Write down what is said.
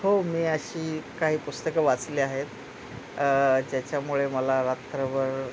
हो मी अशी काही पुस्तकं वाचली आहेत ज्याच्यामुळे मला रात्रभर